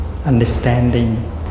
understanding